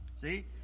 see